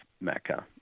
mecca